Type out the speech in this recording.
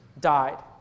died